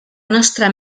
nostra